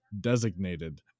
designated